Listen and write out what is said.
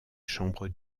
chambres